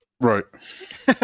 Right